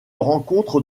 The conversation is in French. rencontre